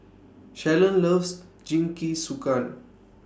Shalon loves Jingisukan